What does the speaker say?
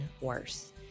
worse